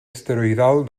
asteroidal